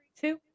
two